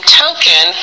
token